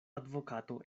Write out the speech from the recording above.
advokato